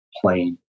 plain